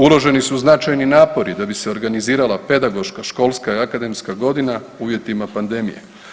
Uloženi su značajni napori da bi se organizirala pedagoška, školska i akademska godina u uvjetima pandemije.